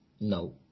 no